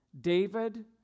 David